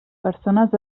persones